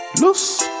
loose